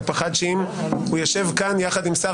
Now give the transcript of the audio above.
הוא פחד שאם הוא יישב כאן יחד עם שר